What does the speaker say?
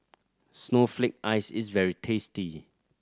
snowflake ice is very tasty